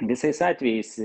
visais atvejais